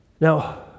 Now